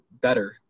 better